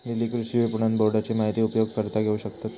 दिल्ली कृषि विपणन बोर्डाची माहिती उपयोगकर्ता घेऊ शकतत